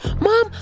mom